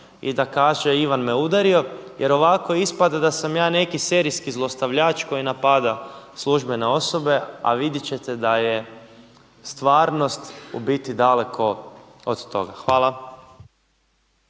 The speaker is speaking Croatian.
i da kaže Ivan me udario je ovako ispada da sam ja neki serijski zlostavljač koji napada službene osobe, a vidjet ćete da je stvarnost u biti daleko od toga. Hvala.